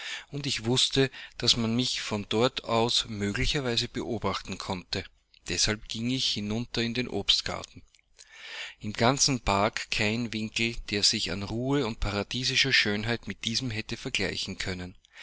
und ich wußte daß man mich von dort aus möglicherweise beobachten konnte deshalb ging ich hinunter in den obstgarten im ganzen park kein winkel der sich an ruhe und paradiesischer schönheit mit diesem hätte vergleichen können